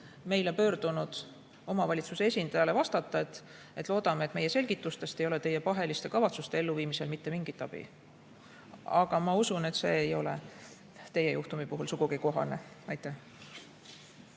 poole pöördunud omavalitsuse esindajale vastata nii: "Loodame, et meie selgitustest ei ole teie paheliste kavatsuste elluviimisel mitte mingit abi." Aga ma usun, et see ei ole teie juhtumi puhul sugugi kohane. Aitäh!